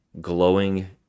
glowing